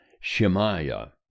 Shemaiah